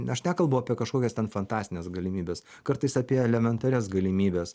aš nekalbu apie kažkokias fantastines galimybes kartais apie elementarias galimybes